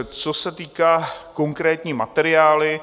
Co se týká konkrétní materiály.